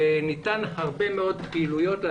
וניתן לעשות הרבה מאוד פעילויות.